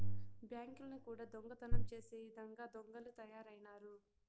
బ్యాంకుల్ని కూడా దొంగతనం చేసే ఇదంగా దొంగలు తయారైనారు